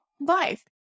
life